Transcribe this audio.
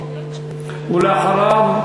ואחריו,